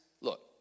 Look